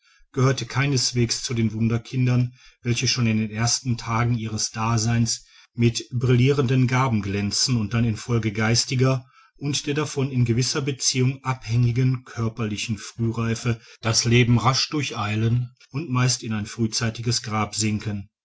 gehörte keineswegs zu den wunderkindern welche schon in den ersten tagen ihres daseins mit brillirenden gaben glänzen und dann in folge geistiger und der davon in gewisser beziehung abhängigen körperlichen frühreife das leben rasch durcheilen und meist in ein frühzeitiges grab sinken